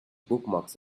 bookmarks